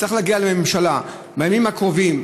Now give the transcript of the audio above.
צריכות להגיע לממשלה בימים הקרובים,